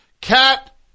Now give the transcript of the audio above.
cat